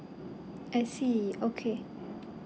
I see okay